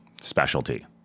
specialty